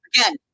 Again